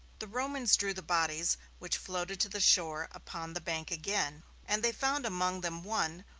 the romans drew the bodies which floated to the shore upon the bank again, and they found among them one,